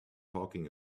talking